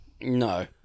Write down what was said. No